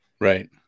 Right